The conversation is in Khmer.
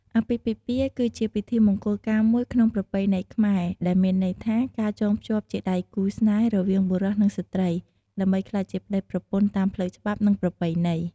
អាពាហ៍ពិពាហ៍ គឺជាពិធីមង្គលការមួយក្នុងប្រពៃណីខ្មែរ ដែលមានន័យថា ការចងភ្ជាប់ជាដៃគូរស្នេហ៍រវាងបុរស និងស្ត្រី ដើម្បីក្លាយជាប្ដីប្រពន្ធតាម ផ្លូវច្បាប់ និងប្រពៃណី។